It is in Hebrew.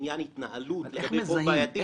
בעניין התנהלות חוב בעייתי.